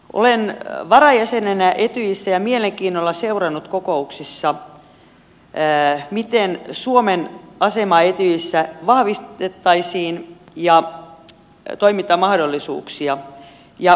olen varajäsenenä etyjissä ja mielenkiinnolla seurannut kokouksissa miten suomen asemaa ja toimintamahdollisuuksia etyjissä vahvistettaisiin